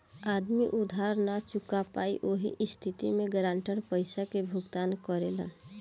आदमी उधार ना चूका पायी ओह स्थिति में गारंटर पइसा के भुगतान करेलन